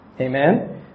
amen